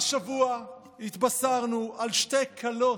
השבוע התבשרנו על שתי כלות,